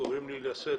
קוראים לי לסדר.